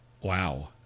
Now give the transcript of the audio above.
Wow